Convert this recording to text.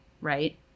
right